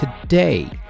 Today